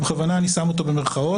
ובכוונה אני שם אותה במירכאות,